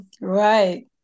right